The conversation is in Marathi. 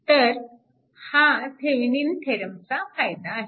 तर हा थेविनिन थेरमचा फायदा आहे